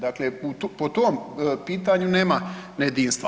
Dakle, po tom pitanju nema ne jedinstva.